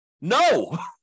No